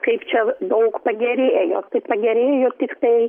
kaip čia daug pagerėjo pagerėjo tiktai